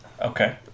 Okay